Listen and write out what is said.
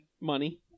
Money